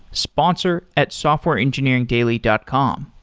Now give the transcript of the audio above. sponsor at softwareengineeringdaily dot com.